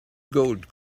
gold